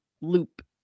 loop